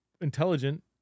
intelligent